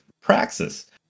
Praxis